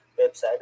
website